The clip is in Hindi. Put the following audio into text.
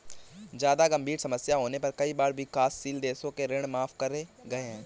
जादा गंभीर समस्या होने पर कई बार विकासशील देशों के ऋण माफ करे गए हैं